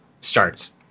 starts